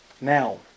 now